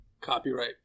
copyright